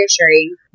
reassuring